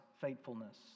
faithfulness